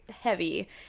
heavy